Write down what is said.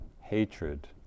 hatred